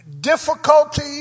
difficulty